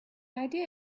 idea